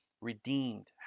Redeemed